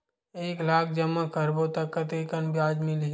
एक लाख जमा करबो त कतेकन ब्याज मिलही?